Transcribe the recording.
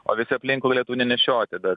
o visi aplinkui galėtų nenešioti bet